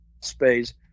space